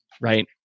right